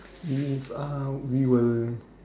um uh we will